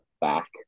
back